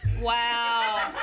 Wow